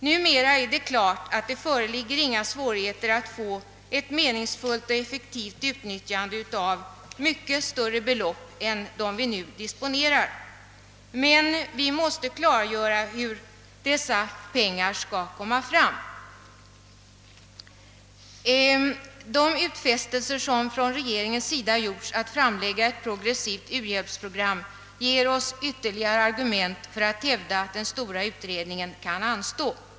Numera är det klart att det inte föreligger några svårigheter att på ett meningsfullt och effektivt sätt utnyttja mycket större belopp än dem vi nu disponerar. Men vi måste klargöra hur dessa pengar skall skaffas. De utfästelser som regeringen gjort om att framlägga ett progressivt u-hjälpsprogram ger oss ytterligare argument för att hävda att den stora utredningen kan anstå.